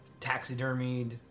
taxidermied